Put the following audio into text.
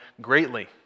greatly